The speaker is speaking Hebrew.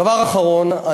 דבר אחרון,